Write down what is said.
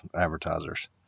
advertisers